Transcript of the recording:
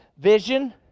Vision